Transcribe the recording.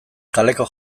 kaleko